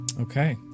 okay